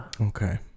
okay